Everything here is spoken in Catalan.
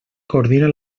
coordina